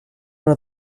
are